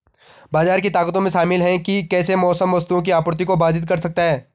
बाजार की ताकतों में शामिल हैं कि कैसे मौसम वस्तुओं की आपूर्ति को बाधित कर सकता है